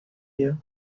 you